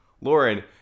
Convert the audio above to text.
lauren